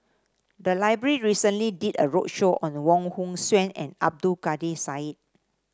the library recently did a roadshow on Wong Hong Suen and Abdul Kadir Syed